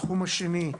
התחום השני,